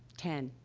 ten.